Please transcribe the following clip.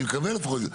אני מקווה לפחות.